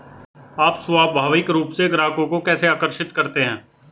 आप स्वाभाविक रूप से ग्राहकों को कैसे आकर्षित करते हैं?